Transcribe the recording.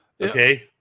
Okay